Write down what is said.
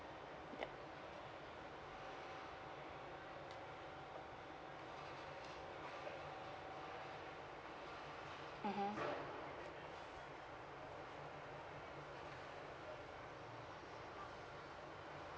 yup mmhmm